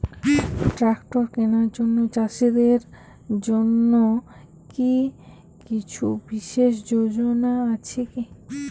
Tractor কেনার জন্য চাষীদের জন্য কী কিছু বিশেষ যোজনা আছে কি?